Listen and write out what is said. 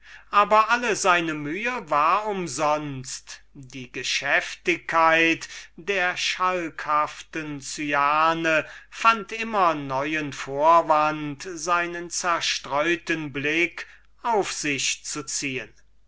aber alle seine mühe war umsonst und die geschäftigkeit der schalkhaften cyane fand immer neuen vorwand seinen zerstreuten blick auf sich zu ziehen